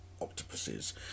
octopuses